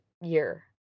year